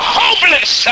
hopeless